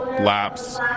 laps